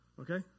Okay